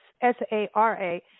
S-A-R-A